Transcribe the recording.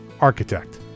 architect